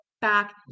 back